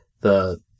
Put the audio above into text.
the-